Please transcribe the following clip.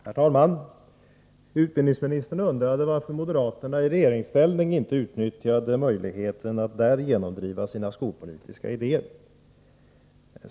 Herr talman! Utbildningsministern undrade varför moderaterna i regeringsställning inte utnyttjade möjligheten att genomdriva sina skolpolitiska idéer.